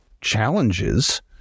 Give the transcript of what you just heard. challenges